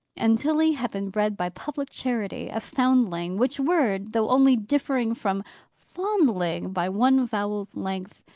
and tilly had been bred by public charity, a foundling which word, though only differing from fondling by one vowel's length,